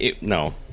No